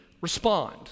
respond